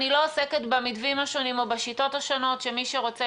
אני לא עוסקת במתווים השונים או בשיטות השונות שמי שרוצה,